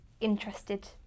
interested